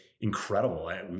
incredible